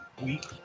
week